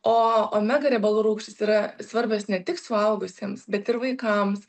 o omega riebalų rūgštys yra svarbios ne tik suaugusiems bet ir vaikams